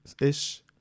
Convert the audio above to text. ish